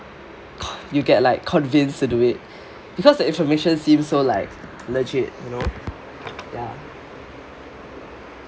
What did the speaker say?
you get like convinced to do it because the information seems so like legit you know ya